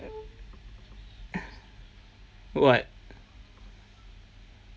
what